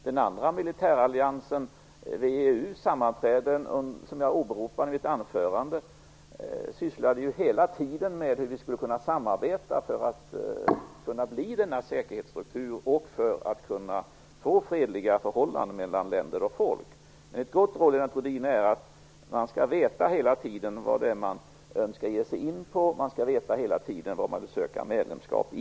Den andra militäralliansens - VEU:s - sammanträden, som jag åberopade i mitt anförande, sysslade hela tiden med hur vi skulle kunna samarbeta för att få denna säkerhetsstruktur och för att kunna åstadkomma fredliga förhållanden mellan länder och folk. Ett gott råd är, Lennart Rohdin, att man skall veta vad det är man önskar ge sig in i och vad det är man vill söka medlemskap i.